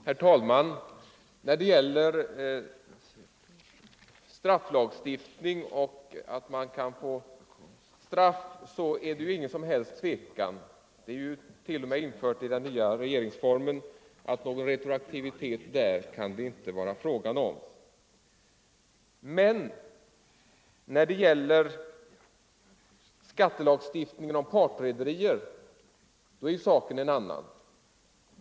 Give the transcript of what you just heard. Herr talman! När det gäller strafflagstiftningen kan det inte bli fråga om att retroaktivt utdöma straff för begångna brott. Det är t.o.m. infört i den nya regeringsformen. Men i fråga om skattelagstiftningen för partrederier är saken en annan.